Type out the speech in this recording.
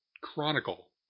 chronicle